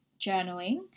journaling